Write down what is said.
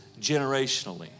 generationally